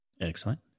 Excellent